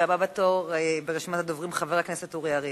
והבא בתור ברשימת הדוברים, חבר הכנסת אורי אריאל,